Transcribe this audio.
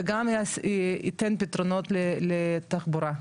זה גם ייתן פתרונות לתחבורה,